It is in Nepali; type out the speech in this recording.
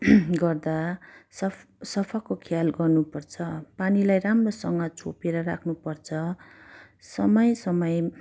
गर्दा स सफाको ख्याल गर्नु पर्छ पानीलाई राम्रोसँग छोपेर राख्नु पर्छ समय समय